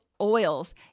oils